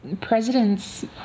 President's